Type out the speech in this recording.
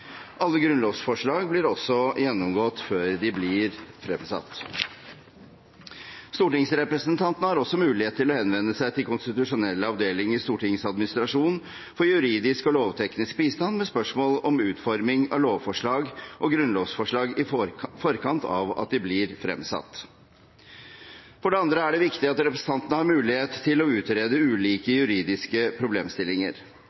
Alle grunnlovsforslag blir også gjennomgått før de blir fremsatt. Stortingsrepresentantene har også mulighet til å henvende seg til konstitusjonell avdeling i Stortingets administrasjon for juridisk og lovteknisk bistand, med spørsmål om utforming av lovforslag og grunnlovsforslag i forkant av at de blir fremsatt. For det andre er det viktig at representantene har mulighet til å få utredet ulike juridiske problemstillinger.